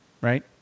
Right